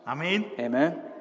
Amen